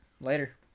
Later